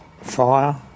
fire